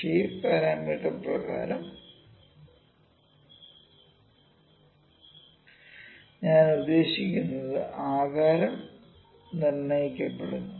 shape parameter പ്രകാരം ഞാൻ ഉദ്ദേശിക്കുന്നത് ആകാരം നിർണ്ണയിക്കപ്പെടുന്നു